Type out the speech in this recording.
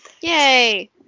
Yay